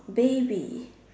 baby